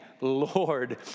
Lord